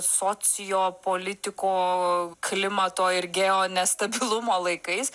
sociopolitiko klimato ir geonestabilumo laikais